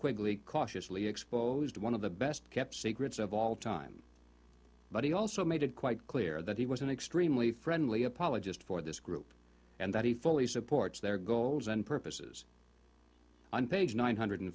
quickly cautiously exposed one of the best kept secrets of all time but he also made it quite clear that he was an extremely friendly apologist for this group and that he fully supports their goals and purposes on page nine hundred